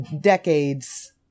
decades